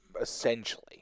essentially